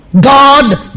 God